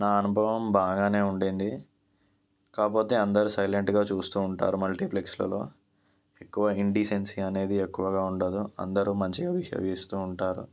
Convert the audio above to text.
నా అనుభవం బాగానే ఉండింది కాకపోతే అందరూ సైలెంట్గా చూస్తూ ఉంటారు మల్టీప్లెక్స్లలో ఎక్కువ ఇన్ డీసెన్సీ అనేది ఎక్కువగా ఉండదు అందరూ మంచిగా బిహేవ్ చేస్తూ ఉంటారు